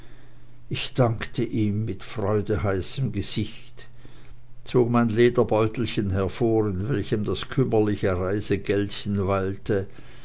ich dankte ihm mit freudeheißem gesicht zog mein lederbeutelchen hervor in welchem das kümmerliche reisegeldchen